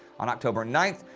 on october ninth,